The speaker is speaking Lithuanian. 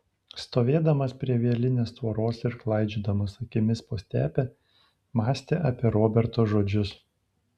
stovėdamas prie vielinės tvoros ir klaidžiodamas akimis po stepę mąstė apie roberto žodžius